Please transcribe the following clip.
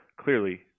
clearly